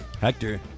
Hector